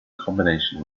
combination